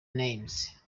names